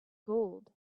gold